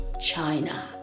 China